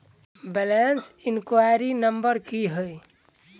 Balance enquiry number की है?